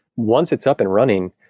once it's up and running,